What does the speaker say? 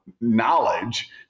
knowledge